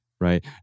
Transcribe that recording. Right